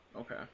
okay